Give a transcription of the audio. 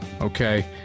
Okay